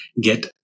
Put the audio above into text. get